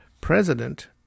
president